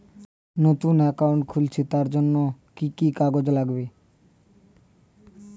নতুন অ্যাকাউন্ট খুলছি তার জন্য কি কি কাগজ লাগবে?